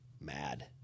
mad